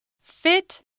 Fit